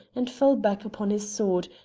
and fell back upon his sword,